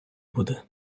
буде